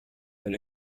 del